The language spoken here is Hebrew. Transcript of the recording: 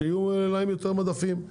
יהיו להם יותר מדפים,